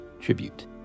tribute